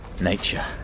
Nature